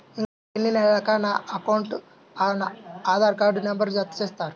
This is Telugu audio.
ఇంకా ఎన్ని నెలలక నా అకౌంట్కు ఆధార్ నంబర్ను జత చేస్తారు?